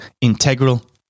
integral